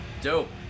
dope